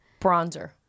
bronzer